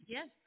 Yes